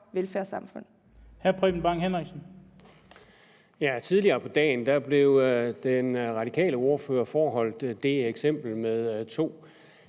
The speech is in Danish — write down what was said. Hr. Preben Bang Henriksen.